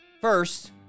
First